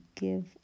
give